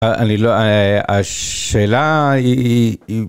אני לא, השאלה היא.